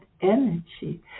energy